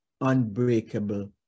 unbreakable